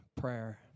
prayer